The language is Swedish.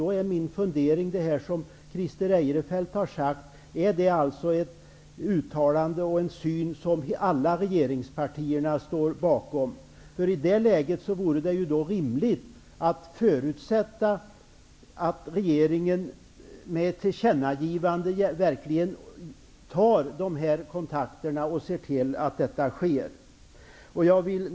Då är min fundering: Är det som Christer Eirefelt har sagt uttryck för en syn som alla regeringspartierna står bakom? I det läget vore det rimligt att förutsätta att regeringen med stöd av ett tillkännagivande från riksdagen verkligen tar kontakt med Riksidrottsförbundet i jämställdhetsfrågan.